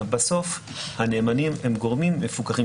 בסוף הנאמנים הם גורמים מפוקחים,